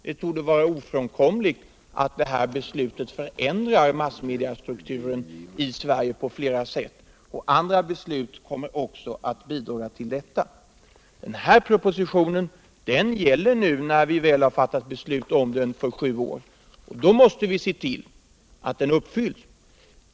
"”| Det borde vara ofrånkomligt att det beslutet förändrar massmediastrukturen i Sverige på flera sätt, och andra beslut kommer också att bidra till detta. Den här propositionen gäller när vi väl har fattat beslutet för sju år, och då måste vi se till att den uppfylls.